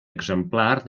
exemplar